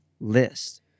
list